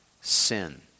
sin